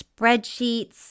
spreadsheets